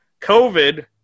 COVID